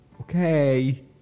Okay